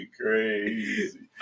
crazy